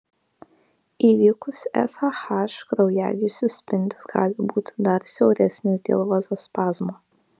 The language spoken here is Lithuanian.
įvykus sah kraujagyslių spindis gali būti dar siauresnis dėl vazospazmo